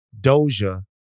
Doja